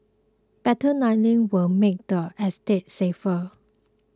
better lighting will make the estate safer